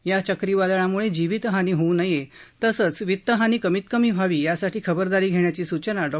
या चक्रीवादळाम्ळे जीवितहानी होऊ नये तसंच वितहानी कमीत कमी व्हावी यासाठी खबरदारी घेण्याची सूचना डॉ